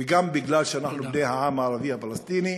וגם מפני שאנחנו בני העם הערבי הפלסטיני,